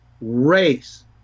race